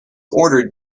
ordered